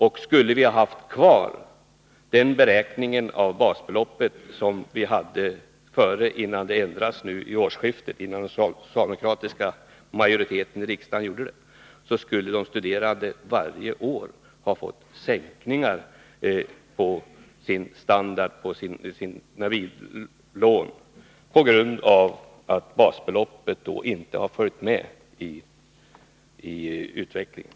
Och skulle vi ha haft kvar den beräkning av basbeloppet som vi hade innan den socialdemokratiska majoriteten i riksdagen ändrade den vid årsskiftet skulle de studerande varje år ha fått sin standard och sina meritlån sänkta på grund av att basbeloppet inte följt med i utvecklingen.